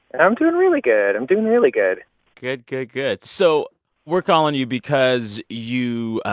i'm doing really good. i'm doing really good good, good, good so we're calling you because you